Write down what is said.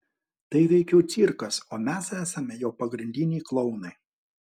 tai veikiau cirkas o mes esame jo pagrindiniai klounai